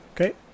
Okay